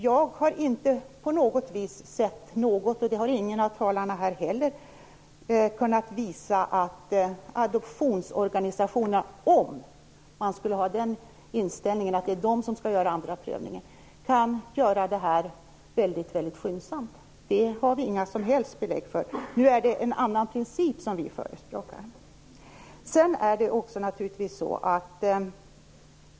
Jag har inte sett och ingen av talarna här har kunnat visa att adoptionsorganisationerna, om de skulle göra den andra prövningen, kan göra den väldigt skyndsamt. Det har vi inga som helst belägg för. Men vi förespråkar som sagt en annan princip.